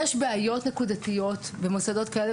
יש בעיות נקודתיות במוסדות שונים,